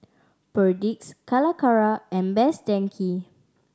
Perdix Calacara and Best Denki